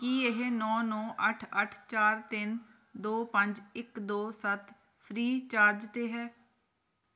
ਕੀ ਇਹ ਨੌਂ ਨੌਂ ਅੱਠ ਅੱਠ ਚਾਰ ਤਿੰਨ ਦੋ ਪੰਜ ਇੱਕ ਦੋ ਸੱਤ ਫ੍ਰੀ ਚਾਰਜ 'ਤੇ ਹੈ